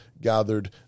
gathered